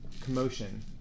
Commotion